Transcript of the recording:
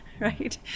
right